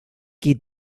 qui